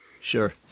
Sure